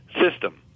system